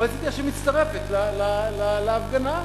מועצת יש"ע מצטרפת להפגנה,